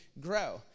grow